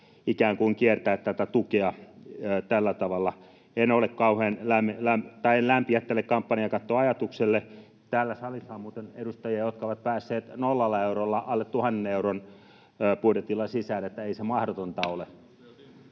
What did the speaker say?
ikään kuin kiertää tätä tukea tällä tavalla. En lämpiä tälle kampanjakattoajatukselle. Täällä salissa on muuten edustajia, jotka ovat päässeet nollalla eurolla, alle tuhannen euron budjetilla, sisälle, eli ei se mahdotonta